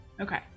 Okay